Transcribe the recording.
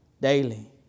daily